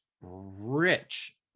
rich